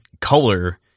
color